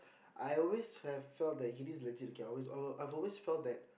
I always have felt that Eunice legit okay I've I've always felt that